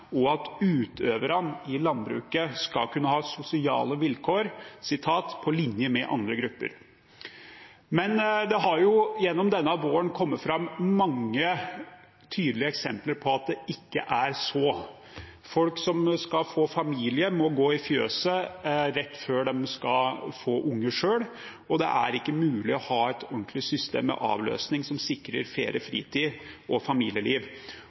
og at utøverne i landbruket skal kunne ha sosiale vilkår «på linje med andre grupper». Men det har jo gjennom denne våren kommet fram mange tydelige eksempler på at det ikke er så. Folk som skal få familie, må gå i fjøset rett før de skal få unger selv, og det er ikke mulig å ha et ordentlig system med avløsning som sikrer ferie, fritid og familieliv.